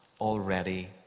already